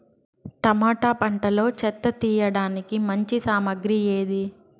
Tomato పంటలో చెత్త తీయడానికి మంచి సామగ్రి ఏది?